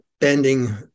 bending